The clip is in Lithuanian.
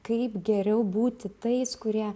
kaip geriau būti tais kurie